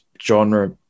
genre